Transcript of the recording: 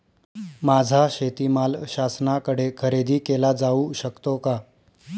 माझा शेतीमाल शासनाकडे खरेदी केला जाऊ शकतो का?